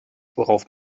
worauf